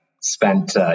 spent